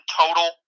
total